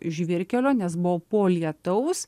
žvyrkelio nes buvo po lietaus